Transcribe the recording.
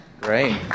Great